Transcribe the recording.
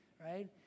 right